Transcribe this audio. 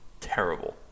terrible